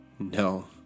No